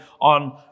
on